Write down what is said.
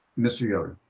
mr. yoder?